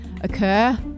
occur